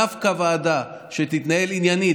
דווקא ועדה שתתנהל עניינית,